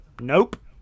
nope